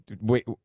wait